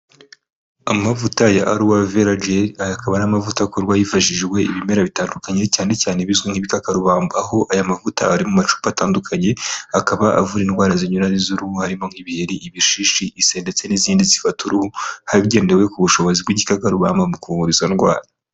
Amavuta ya arowe vera jeri aya akaba ari amavuta akorwa hifashishijwe ibimera bitandukanye, cyane cyane bizwi nk'ibikakarubamba, aho aya mavuta ari mu macupa atandukanye akaba avura indwara zinyuranye z'uruhu harimo nk'ibiheri, ibishishi ndetse n'izindi zifata uruhu hagendewe ku bushobozi bw'igikakarubamba mu kuvura izo ndwara.